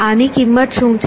આની કિંમત શું છે